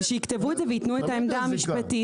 שיכתבו את זה ויתנו את העמדה המשפטית.